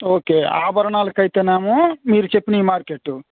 okay ఆభరణాలకు అయితేనేమో మీరు చెప్పిన మార్కెట్టు